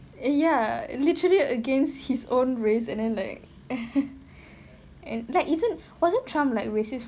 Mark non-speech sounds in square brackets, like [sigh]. ya literally against his own race and then like [laughs] and like isn't wasn't trump like racist